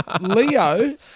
Leo